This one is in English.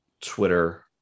Twitter